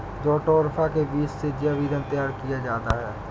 jatropha के बीज से जैव ईंधन तैयार किया जाता है